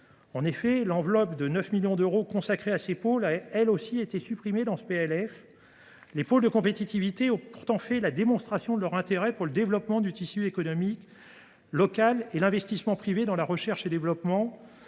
En effet, l’enveloppe de 9 millions d’euros consacrée à ces pôles a elle aussi été supprimée dans le PLF. Les pôles de compétitivité ont pourtant fait la démonstration de leur intérêt pour le développement du tissu économique local et l’investissement privé dans la recherche et développement.